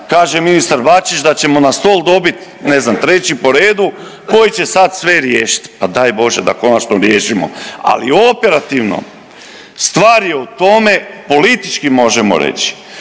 kaže ministar Bačić da ćemo na stol dobit, ne znam, treći po redu, koji će sad sve riješiti. Pa daj Bože da konačno riješimo, ali operativno stvar je u tome, politički možemo reći,